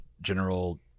general